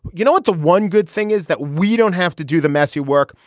you know what the one good thing is that we don't have to do the messy work.